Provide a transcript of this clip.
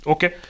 Okay